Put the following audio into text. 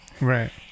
Right